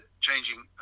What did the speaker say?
changing